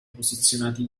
posizionati